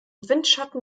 windschatten